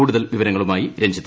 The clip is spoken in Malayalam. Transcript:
കൂടുതൽ വിവരങ്ങളുമായി രഞ്ജിത്ത്